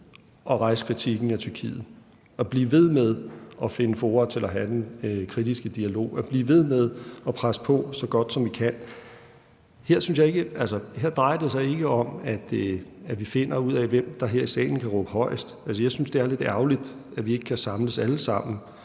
at rejse kritikken af Tyrkiet, at blive ved med at finde fora til at have den kritiske dialog i, at blive ved med at presse på så godt, som vi kan. Og her drejer det sig ikke om, at vi finder ud af, hvem der her i salen kan råbe højest – altså, jeg synes, det er lidt ærgerligt, at vi ikke kan samles alle sammen